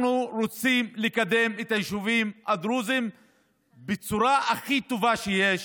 אנחנו רוצים לקדם את היישובים הדרוזיים בצורה הכי טובה שיש.